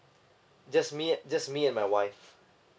just me and just me and my wife